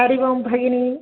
हरि ओं भगिनी